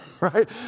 right